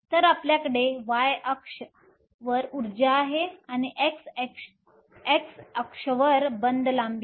तर आपल्याकडे y अक्ष वर ऊर्जा आहे x अक्ष वर बंध लांबी